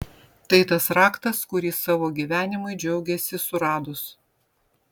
tai tas raktas kurį savo gyvenimui džiaugėsi suradus